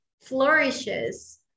flourishes